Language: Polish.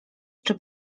czy